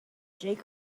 jake